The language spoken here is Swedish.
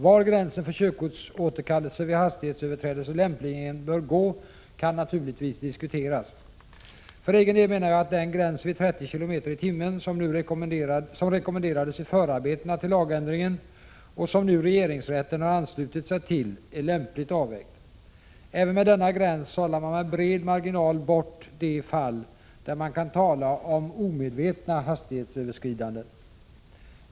Var gränsen för körkortsåterkallelse vid hastighetsöverträdelser lämpligen bör gå kan naturligtvis diskuteras. För egen del menar jag att den gräns vid 30 km/tim som rekommenderades i förarbetena till lagändringen och som nu regeringsrätten har anslutit sig till är lämpligt avvägd. Även med denna gräns sållar man med bred marginal bort de fall där man kan tala om omedvetna hastighetsöverskridanden.